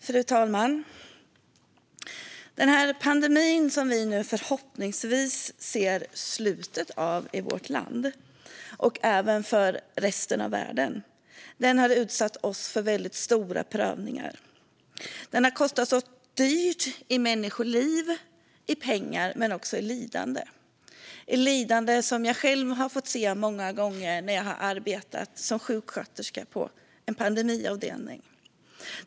Fru talman! Den här pandemin, som vi nu förhoppningsvis ser slutet på i vårt land och i resten av världen, har utsatt oss för väldigt stora prövningar. Den har kostat oss dyrt i människoliv och i pengar men också i lidande. Det är ett lidande som jag många gånger själv har fått se när jag arbetat som sjuksköterska på en pandemiavdelning.